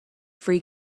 free